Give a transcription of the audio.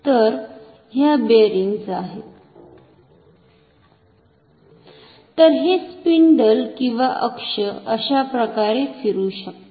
तर ह्या बिअरिंग्ज आहेत तर हे स्पिंडल किंवा अक्ष अशाप्रकारे फिरू शकते